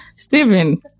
Steven